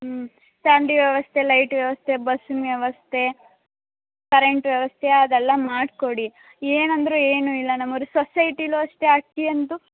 ಹ್ಞೂ ಚರಂಡಿ ವ್ಯವಸ್ಥೆ ಲೈಟ್ ವ್ಯವಸ್ಥೆ ಬಸ್ಸಿನ ವ್ಯವಸ್ಥೆ ಕರೆಂಟ್ ವ್ಯವಸ್ಥೆ ಅದೆಲ್ಲ ಮಾಡಿಕೊಡಿ ಏನಂದ್ರೂ ಏನು ಇಲ್ಲ ನಮ್ಮೋರು ಸೊಸೈಟೀಲು ಅಷ್ಟೇ ಅಕ್ಕಿ ಅಂತೂ